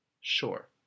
Sure